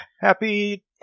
happy